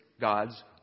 God's